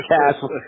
Castle